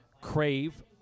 crave